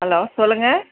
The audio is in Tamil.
ஹலோ சொல்லுங்கள்